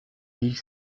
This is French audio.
ils